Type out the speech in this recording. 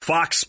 Fox